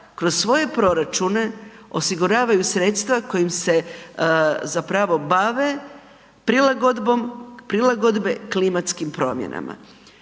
kroz svoje proračune, osiguravaju sredstva kojim se zapravo bave prilagodbom prilagodbe klimatskim promjenama.